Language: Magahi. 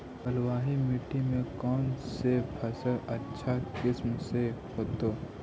बलुआही मिट्टी में कौन से फसल अच्छा किस्म के होतै?